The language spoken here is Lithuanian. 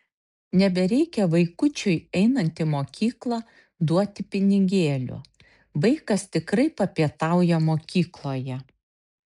nebereikia vaikučiui einant į mokyklą duoti pinigėlių vaikas tikrai papietauja mokykloje